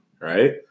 right